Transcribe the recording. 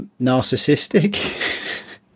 narcissistic